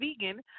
vegan